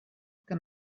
que